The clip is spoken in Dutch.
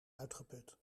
uitgeput